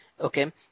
Okay